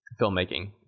filmmaking